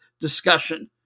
discussion